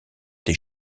des